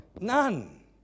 None